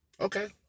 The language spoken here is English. Okay